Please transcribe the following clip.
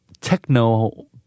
techno